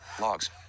logs